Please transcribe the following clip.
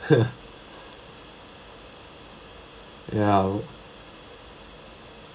ya